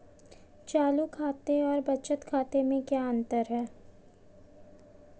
चालू खाते और बचत खाते में क्या अंतर है?